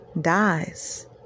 dies